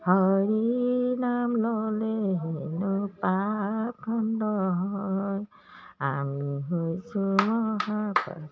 হৰি নাম ল'লে হেনো পাপ খণ্ডন হয় আমি হৈছো মহা পাপি